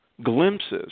glimpses